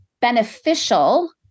beneficial